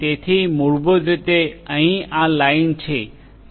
તેથી મૂળભૂત રીતે અહીં આ લાઇન છે